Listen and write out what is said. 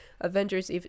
Avengers